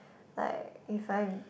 like if I am